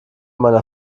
meiner